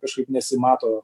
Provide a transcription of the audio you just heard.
kažkaip nesimato